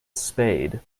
spade